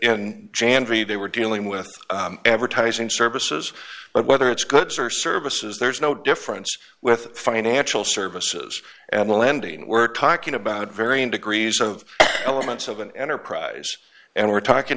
january they were dealing with advertising services but whether it's goods or services there's no difference with financial services and lending we're talking about varying degrees of elements of an enterprise and we're talking